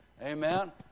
Amen